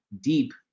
deep